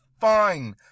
fine